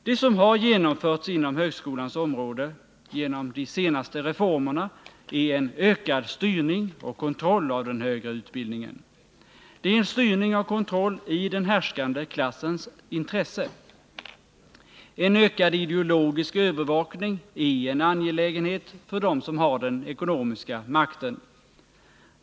Det som har genomförts inom högskolans område genom de senaste reformerna är en ökad styrning och kontroll av den högre utbildningen. Det är en styrning och kontroll i den härskande klassens intresse. En ökad ideologisk övervakning är en angelägenhet för dem som har den ekonomiska makten.